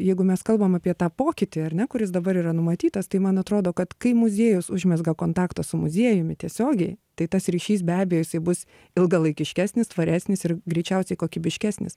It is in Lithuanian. jeigu mes kalbam apie tą pokytį ar ne kuris dabar yra numatytas tai man atrodo kad kai muziejus užmezga kontaktą su muziejumi tiesiogiai tai tas ryšys be abejo jisai bus ilgalaikiškesnis tvaresnis ir greičiausiai kokybiškesnis